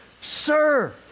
Sir